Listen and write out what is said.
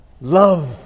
Love